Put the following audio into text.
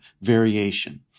variation